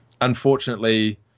unfortunately